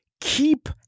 keep